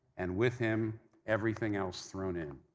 and with him everything else thrown in.